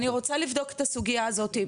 אני רוצה לבדוק את הסוגייה הזאתי,